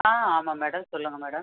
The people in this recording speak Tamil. ஆ ஆமாம் மேடம் சொல்லுங்கள் மேடம்